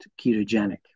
ketogenic